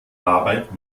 arbeit